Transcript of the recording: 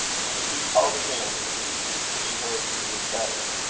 when hugh called again in the evening, he heard she was better,